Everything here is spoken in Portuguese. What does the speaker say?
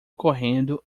correndo